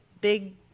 big